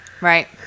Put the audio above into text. right